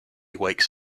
wakes